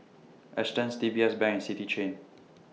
Astons D B S Bank City Chain